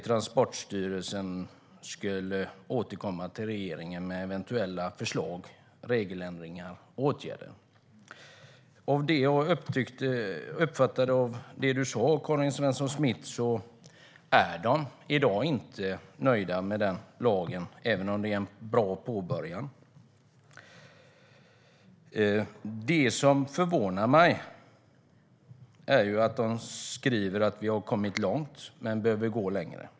Transportstyrelsen skulle återkomma till regeringen med eventuella förslag, regeländringar och åtgärder. Det som förvånar mig är att man skriver att vi har kommit långt men behöver gå längre.